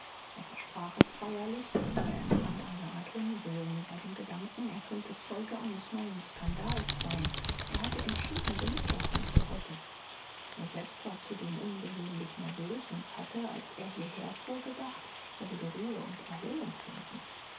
er versprach es feierlich doch er empfand eine art unwillen bei dem gedanken er könnte zeuge eines neuen skandals sein er hatte entschieden genug davon für heute er selbst war zudem ungewöhnlich nervös und hatte als er hierher fuhr gedacht er würde ruhe und erholung finden